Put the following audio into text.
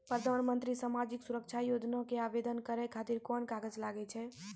प्रधानमंत्री समाजिक सुरक्षा योजना के आवेदन करै खातिर कोन कागज लागै छै?